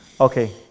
okay